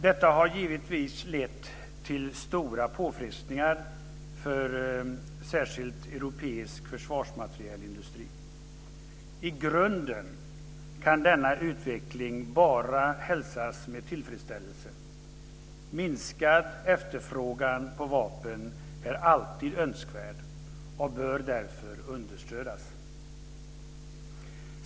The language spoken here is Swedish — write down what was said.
Detta har givetvis lett till stora påfrestningar för särskilt europeisk försvarsmaterielindustri. I grunden kan denna utveckling bara hälsas med tillfredsställelse. En minskad efterfrågan på vapen är alltid önskvärd och bör därför understödjas.